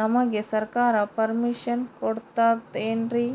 ನಮಗೆ ಸರ್ಕಾರ ಪರ್ಮಿಷನ್ ಕೊಡ್ತಾತೇನ್ರೀ?